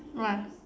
right